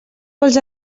vols